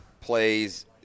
plays